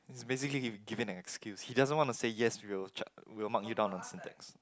he is basically he giving an excuse he doesn't want to say yes we will check we will mark you down on syntax